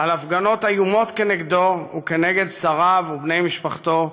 על הפגנות איומות כנגדו וכנגד שריו ובני משפחתו,